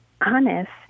honest